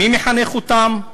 מי מחנך אותם?